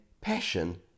passion